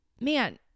man